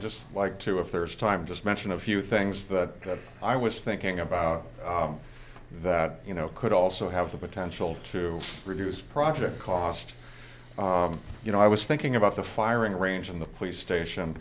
just like to if there's time just mention a few things that i was thinking about that you know could also have the potential to reduce project cost you know i was thinking about the firing range in the police station